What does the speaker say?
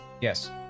Yes